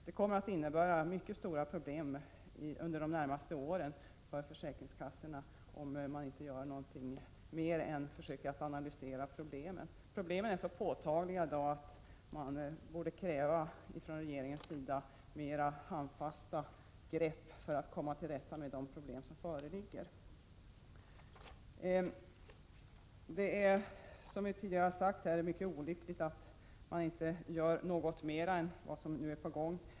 Det kommer att innebära mycket stora problem under de närmaste åren för försäkringskassorna, om man inte gör något mer än att bara försöka analysera problemen. Problemen är så påtagliga i dag att regeringen borde komma med mer handfasta grepp för att komma till rätta med de problem som föreligger. Som vi tidigare har sagt är det mycket olyckligt att man inte gör något mer än vad som nu är på gång.